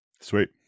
Sweet